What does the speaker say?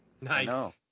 Nice